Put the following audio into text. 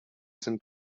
sind